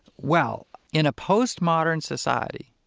well, in a post-modern society,